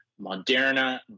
Moderna